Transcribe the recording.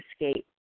escape